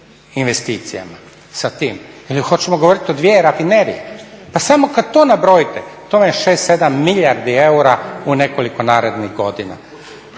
investicijama, sa tim. Ili hoćemo govoriti o dvije rafinerije? Pa samo kad to nabrojite to vam je 6, 7 milijardi eura u nekoliko narednih godina.